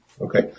Okay